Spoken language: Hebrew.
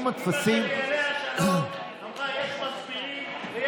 אם הטפסים, אימא